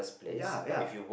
ya ya